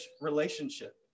relationship